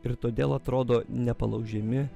ir todėl atrodo nepalaužiami